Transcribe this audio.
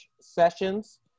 sessions